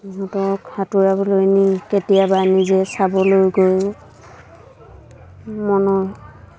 সিহঁতক সাঁতোৰাবলৈ নি কেতিয়াবা নিজে চাবলৈ গৈও মনৰ